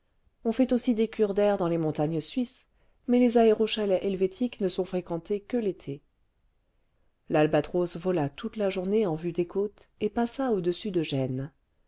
on fait aussi des cures d'air dans les montagnes suisses mais les aérochalets helvétiques ne sont fréquentés que l'été li albatros vola toute la journée en vue des côtes et passa au-dessus de gênes